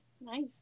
nice